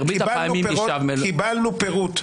קיבלנו פירוט.